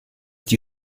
die